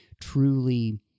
truly